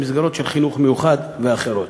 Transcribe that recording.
במסגרות של חינוך מיוחד ואחרות.